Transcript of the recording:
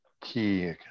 key